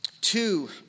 two